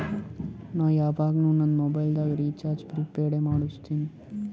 ನಾ ಯವಾಗ್ನು ನಂದ್ ಮೊಬೈಲಗ್ ರೀಚಾರ್ಜ್ ಪ್ರಿಪೇಯ್ಡ್ ಎ ಮಾಡುಸ್ತಿನಿ